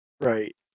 Right